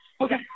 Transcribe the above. Okay